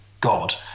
God